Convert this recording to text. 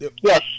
yes